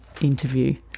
interview